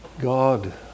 God